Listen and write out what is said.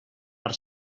per